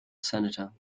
senator